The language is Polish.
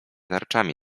tarczami